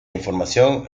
información